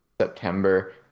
September